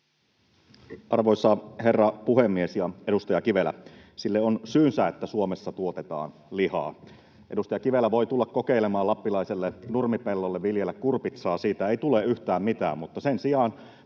Arvoisa herra puhemies ja edustaja Kivelä! Sille on syynsä, että Suomessa tuotetaan lihaa. Edustaja Kivelä voi tulla kokeilemaan lappilaiselle nurmipellolle viljellä kurpitsaa — siitä ei tule yhtään mitään. Mutta sen sijaan